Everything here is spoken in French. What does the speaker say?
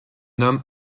nomme